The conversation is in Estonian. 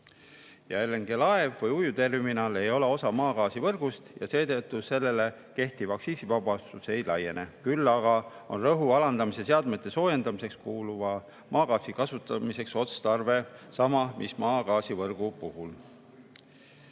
hoidmiseks. LNG‑ujuvterminal ei ole osa maagaasivõrgust ja seetõttu sellele kehtiv aktsiisivabastus ei laiene. Küll aga on rõhu alandamise seadmete soojendamiseks kuluva maagaasi kasutamiseks otstarve sama, mis maagaasivõrgu